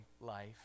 life